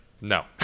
no